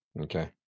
Okay